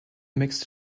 mixed